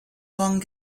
kong